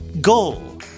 goal